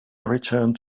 returned